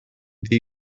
ddi